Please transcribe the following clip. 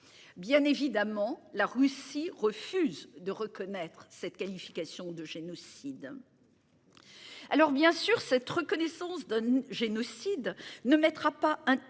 bien évidemment la Russie refuse de reconnaître cette qualification de génocide. Alors bien sûr cette reconnaissance d'un génocide ne mettra pas un